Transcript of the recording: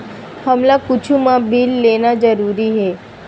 हमला कुछु मा बिल लेना जरूरी हे?